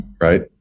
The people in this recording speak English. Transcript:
Right